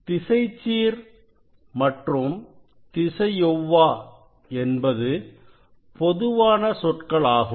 திசைச்சீர் மற்றும் திசையொவ்வா என்பது பொதுவான சொற்கள் ஆகும்